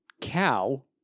cow